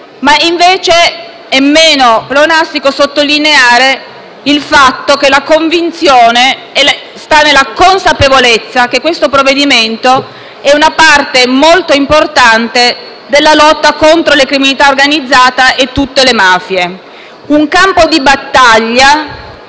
ma è meno pleonastico sottolineare il fatto che la convinzione sta nella consapevolezza che questo provvedimento è una parte molto importante della lotta contro la criminalità organizzata e tutte le mafie, un campo di battaglia